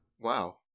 Wow